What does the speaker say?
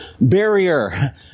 barrier